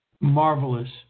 Marvelous